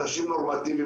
אנשים נורמטיביים,